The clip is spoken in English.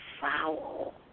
foul